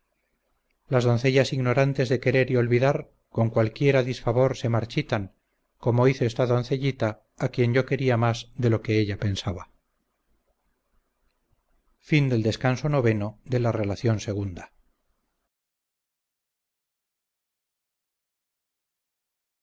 las doncellas ignorantes de querer y olvidar con cualquiera disfavor se marchitan como hizo esta doncellita a quien yo quería más de lo que ella pensaba